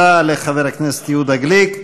תודה לחבר הכנסת יהודה גליק.